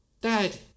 Dad